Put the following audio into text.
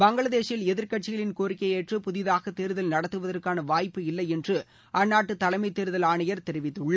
பங்காதேஷில் எதிர்க்கட்சிகளின் கோரிக்கையை ஏற்று புதிதாக தேர்தல் நடத்துவதற்கான வாய்ப்பு இல்லை என்று அந்நாட்டு தலைமைத் தேர்தல் ஆணையர் திரு நூருல் ஹூடா கூறியுள்ளார்